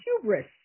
hubris